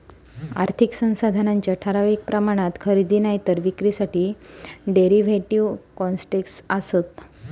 आर्थिक साधनांच्या ठराविक प्रमाणात खरेदी नायतर विक्रीसाठी डेरीव्हेटिव कॉन्ट्रॅक्टस् आसत